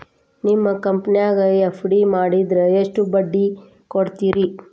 ನಿಮ್ಮ ಕಂಪನ್ಯಾಗ ಎಫ್.ಡಿ ಮಾಡಿದ್ರ ಎಷ್ಟು ಬಡ್ಡಿ ಕೊಡ್ತೇರಿ?